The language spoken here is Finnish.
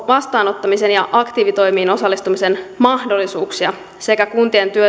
vastaanottamisen ja aktiivitoimiin osallistumisen mahdollisuuksia sekä kuntien